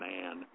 Man